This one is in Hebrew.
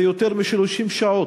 זה יותר מ-30 שעות.